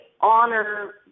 honor